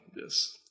Yes